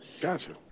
Gotcha